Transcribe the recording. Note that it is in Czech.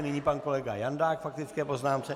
Nyní pan kolega Jandák k faktické poznámce.